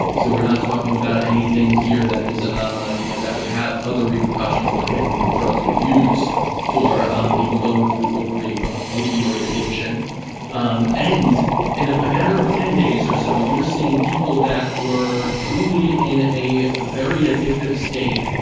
so we're not talking about anything here that would um ah you know would have other repercussions like many of the drugs we use for um people going through opioid ah opioid addiction um and in a matter of ten days or so, you were seeing people that were truly in a very addictive state,